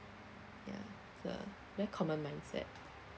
ya so very common mindset